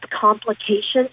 complications